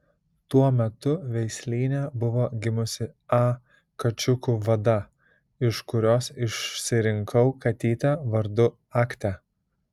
tuo metu veislyne buvo gimusi a kačiukų vada iš kurios išsirinkau katytę vardu aktia